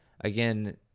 again